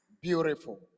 beautiful